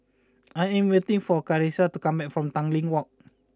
I am waiting for Charissa to come back from Tanglin Walk